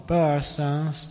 persons